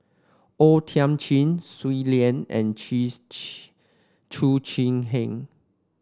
O Thiam Chin Shui Lan and Chee Chu Chee Seng